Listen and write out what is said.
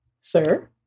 Sir